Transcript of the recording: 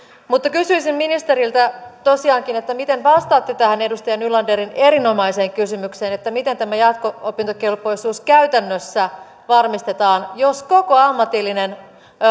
mutta kysyisin ministeriltä tosiaankin miten vastaatte tähän edustaja nylanderin erinomaiseen kysymykseen miten tämä jatko opintokelpoisuus käytännössä varmistetaan jos koko ammatillinen